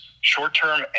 short-term